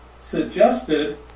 suggested